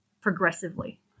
progressively